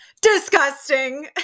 disgusting